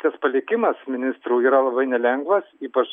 tas palikimas ministrų yra labai nelengvas ypač